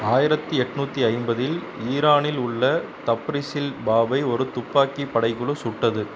ஆயிரத்து எட்நூற்றி ஐம்பதில் ஈரானில் உள்ள தப்ரிஸில் பாபை ஒரு துப்பாக்கிப் படைக்குழு சுட்டது